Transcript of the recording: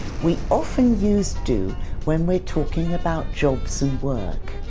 we often use do when we're talking about jobs and work.